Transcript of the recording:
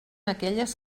aquelles